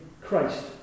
Christ